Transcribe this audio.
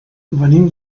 venim